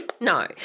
No